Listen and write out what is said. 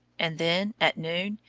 and then, at noon,